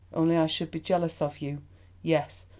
only i should be jealous of you yes,